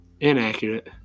Inaccurate